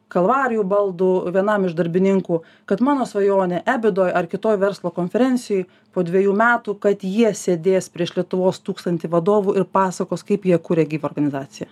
kalvarijų baldų vienam iš darbininkų kad mano svajonė ebidoj ar kitoj verslo konferencijoj po dvejų metų kad jie sėdės prieš lietuvos tūkstantį vadovų ir pasakos kaip jie kuria gyvą organizaciją